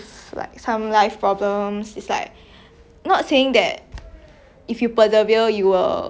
always succeed yeah but it's like but if you persevere at least there's opportunities for you to succeed you know